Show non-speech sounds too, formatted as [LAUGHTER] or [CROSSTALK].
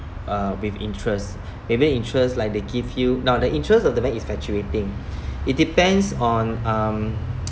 uh with interest [BREATH] maybe interest like they give you now the interest of the bank is fluctuating [BREATH] it depends on um [NOISE]